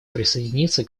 присоединиться